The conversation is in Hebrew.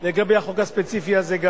גם לגבי החוק הספציפי הזה.